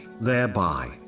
thereby